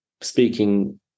speaking